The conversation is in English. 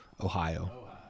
Ohio